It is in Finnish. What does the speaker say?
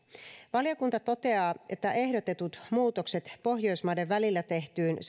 valiokunta toteaa että ehdotetut muutokset pohjoismaiden välillä tehtyyn